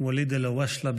ואליד אלהואשלה,